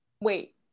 Wait